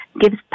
gives